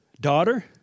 daughter